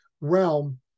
realm